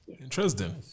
Interesting